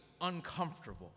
uncomfortable